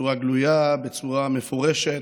בצורה גלויה, בצורה מפורשת: